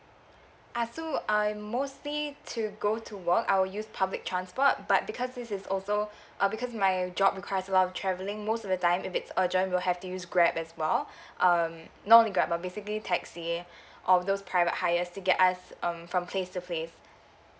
uh so I'm mostly to go to work I will use public transport but because this is also uh because my job requires a lot of travelling most of the time if it's urgent we'll have to use grab as well um not only grab but basically taxi or those private hire to get us um from place to place